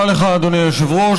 תודה לך, אדוני היושב-ראש.